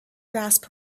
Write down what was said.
grasp